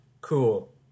cool